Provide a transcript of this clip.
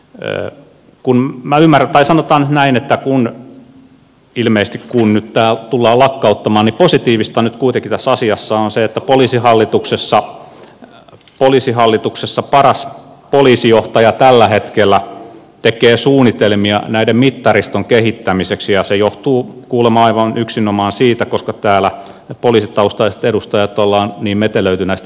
eräät kun mä ymmärrä tai sanotaan nyt näin että kun tämä ilmeisesti tullaan lakkauttamaan niin positiivista nyt kuitenkin tässä asiassa on se että poliisihallituksessa paras poliisijohtaja tällä hetkellä tekee suunnitelmia tämän mittariston kehittämiseksi ja se johtuu kuulemma aivan yksinomaan siitä että täällä me poliisitaustaiset edustajat olemme niin metelöineet näistä mittareista